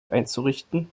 einzurichten